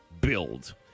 build